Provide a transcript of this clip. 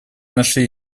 нашли